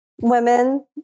women